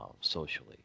socially